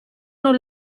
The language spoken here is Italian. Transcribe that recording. non